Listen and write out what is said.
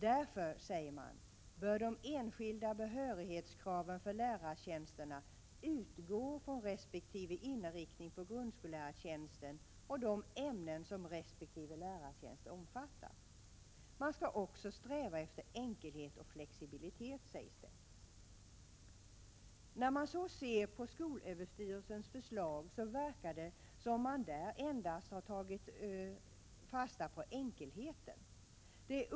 ”Därför”, säger man, ”bör de särskilda behörighetskraven för lärartjänsterna utgå från resp. inriktning på grundskollärarlinjen och de ämnen som resp. lärartjänst omfattar.” Man skall också sträva efter enkelhet och flexibilitet, sägs det. Det verkar som om skolöverstyrelsen i sitt förslag endast inriktat sig på enkelheten.